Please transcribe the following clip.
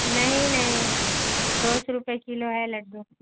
نہیں نہیں دو سو روپے کلو ہے لڈو